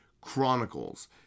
chronicles